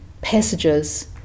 passages